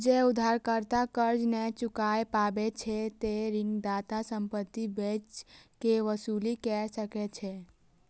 जौं उधारकर्ता कर्ज नै चुकाय पाबै छै, ते ऋणदाता संपत्ति बेच कें वसूली कैर सकै छै